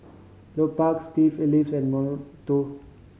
Lupark Steve and Moto